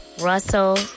Russell